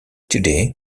today